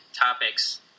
topics